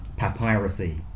papyracy